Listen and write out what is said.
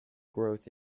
growth